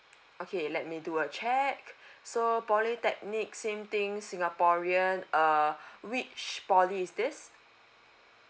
okay let me do a check so polytechnic same thing singaporean err which poly is this